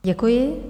Děkuji.